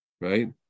Right